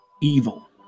evil